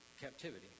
Captivity